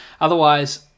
Otherwise